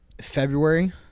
February